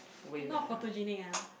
not photogenic ah